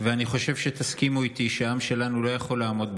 אני חושב שתסכימו איתי שהעם שלנו לא יכול לעמוד בזה.